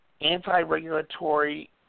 anti-regulatory